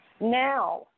Now